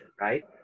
right